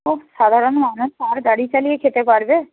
ওহ সাধারণ মানুষ আর গাড়ি চালিয়ে খেতে পারবে